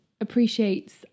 appreciates